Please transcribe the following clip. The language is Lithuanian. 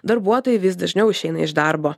darbuotojai vis dažniau išeina iš darbo